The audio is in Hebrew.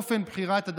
אופי,